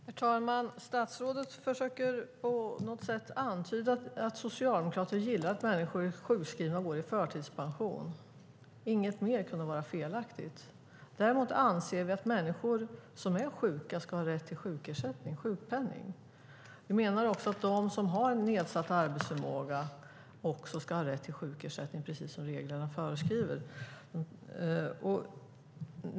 Herr talman! Statsrådet försöker på något sätt antyda att socialdemokrater gillar att människor är sjukskrivna och går i förtidspension. Inget kunde vara mer felaktigt. Däremot anser vi att människor som är sjuka ska ha rätt till sjukpenning. Vi menar också att de som har nedsatt arbetsförmåga också ska ha rätt till sjukersättning, precis som reglerna föreskriver.